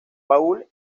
paul